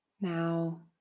Now